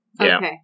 Okay